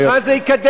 מה זה יקדם?